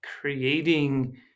creating